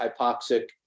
hypoxic